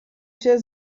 się